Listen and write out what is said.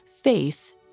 faith